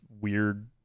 weird